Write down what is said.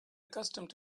accustomed